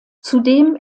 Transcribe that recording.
zudem